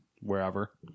wherever